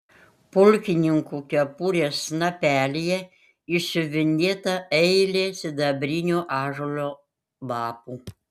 pulkininkų kepurės snapelyje išsiuvinėta eilė sidabrinių ąžuolo lapų